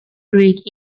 greek